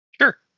Sure